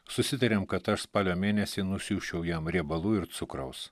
susitarėm kad aš spalio mėnesį nusiųsčiau jam riebalų ir cukraus